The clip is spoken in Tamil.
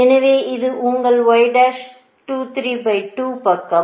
எனவே இது உங்கள் பக்கம்